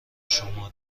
شما